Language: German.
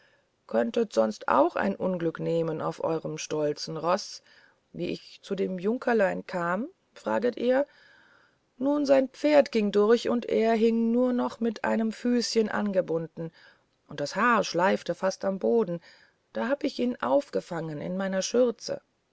könntet sonst auch ein unglück nehmen auf eurem stolzen roß wie ich zu dem junkerlein kam fraget ihr nun sein pferd ging durch und er hing nur noch mit einem füßchen angebunden und das haar streifte fast am boden da habe ich ihn aufgefangen in meiner schürze